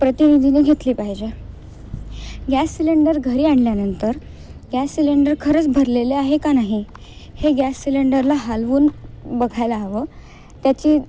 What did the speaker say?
प्रतिनिधीने घेतली पाहिजे गॅस सिलेंडर घरी आणल्यानंतर गॅस सिलेंडर खरंच भरलेले आहे का नाही हे गॅस सिलेंडरला हालवून बघायला हवं त्याची